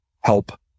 help